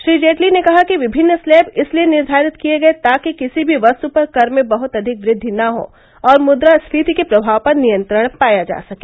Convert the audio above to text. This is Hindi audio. श्री जेटली ने कहा कि विभिन्न स्लैब इसलिए निर्धारित किये गये ताकि किसी भी वस्तु पर कर में बहुत अधिक वृद्धि न हो और मुद्रास्कीति के प्रभाव पर नियंत्रण पाया जा सके